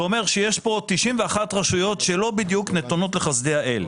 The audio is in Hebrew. זה אומר שיש כאן 91 רשויות שלא בדיוק נתונות לחסדי האל.